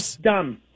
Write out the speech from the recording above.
Dumb